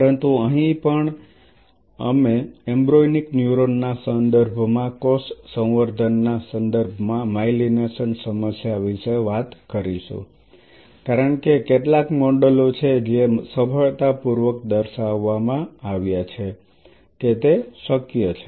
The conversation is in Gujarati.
પરંતુ અહીં પણ અમે એમ્બ્રોયોનિક ન્યુરોન ના સંદર્ભમાં કોષ સંવર્ધન ના સંદર્ભમાં માયલિનેશન સમસ્યા વિશે વાત કરીશું કારણ કે આ કેટલાક મોડેલો છે જે સફળતાપૂર્વક દર્શાવવામાં આવ્યા છે કે તે શક્ય છે